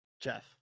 jeff